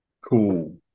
cool